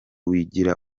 wigira